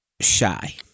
Shy